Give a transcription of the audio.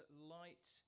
light